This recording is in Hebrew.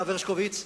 הרב הרשקוביץ,